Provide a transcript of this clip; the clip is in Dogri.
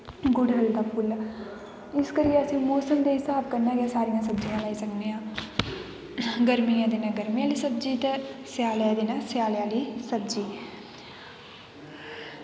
गुड़हल दा फुल्ल इस करियै असें गी मौसम दे हिसाब कन्नै गै सब्जियां लाई सकने आं गर्मियै दिनैं गर्मि आह्ली सब्जी ते स्यालैं दिनै स्याल आह्ली सब्जी